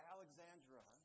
Alexandra